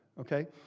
Okay